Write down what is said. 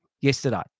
yesterday